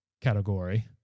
category